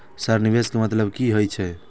Sir निवेश के मतलब की हे छे?